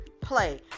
play